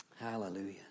Hallelujah